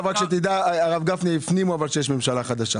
הרב גפני הפנים שיש ממשלה חדשה.